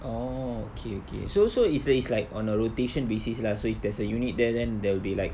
orh okay okay so so it's t~ it's like on a rotation basis lah so if there's a unit there then there will be like